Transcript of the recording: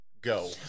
go